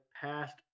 passed